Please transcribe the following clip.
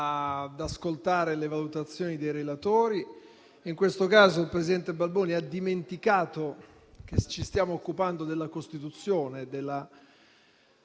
ad ascoltare le valutazioni dei relatori. In questo caso il presidente Balboni ha dimenticato che ci stiamo occupando della Costituzione.